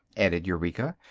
added eureka.